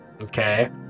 Okay